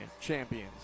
champions